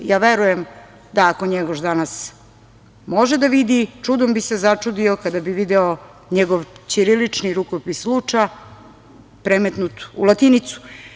Verujem da ako Njegoš danas može da vidi, čudom bi se začudio kada bi video njegov ćirilični rukopis „Luča“ premetnut u latinicu.